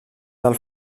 del